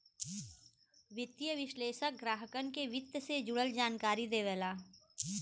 वित्तीय विश्लेषक ग्राहकन के वित्त से जुड़ल जानकारी देवेला